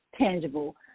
tangible